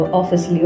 office